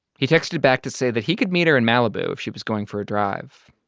he texted back to say that he could meet her in malibu if she was going for a drive.